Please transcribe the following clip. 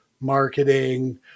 marketing